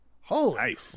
holy